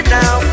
now